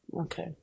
Okay